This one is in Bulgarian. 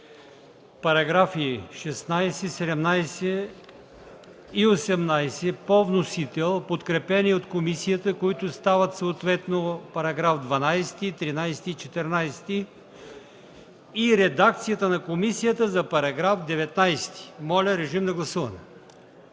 параграфи 16, 17 и 18 по вносител, подкрепени от комисията, които стават съответно параграфи 12, 13 и 14, и редакцията на комисията за § 19. Гласували